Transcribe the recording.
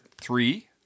Three